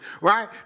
Right